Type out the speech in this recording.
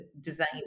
design